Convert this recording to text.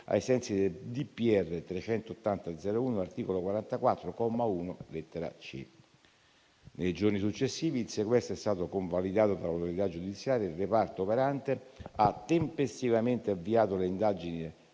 n. 380 del 2001, articolo 44, comma 1, lettera *c)*. Nei giorni successivi, il sequestro è stato convalidato dall'autorità giudiziaria. Il reparto operante ha tempestivamente avviato le attività